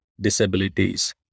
disabilities